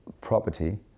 property